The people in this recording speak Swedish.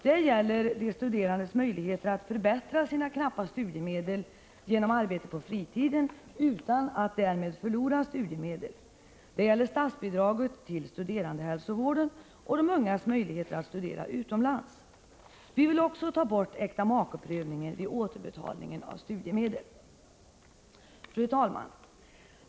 Det gäller de studerandes möjligheter att förbättra sina knappa studiemedel genom arbete på fritiden utan att därmed förlora studiemedel, det gäller statsbidraget till studerandehälsovården och det gäller de ungas möjligheter att studera utomlands. Vi vill också ta bort äktamakeprövningen vid återbetalningen av studiemedel. Fru talman!